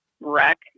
wreck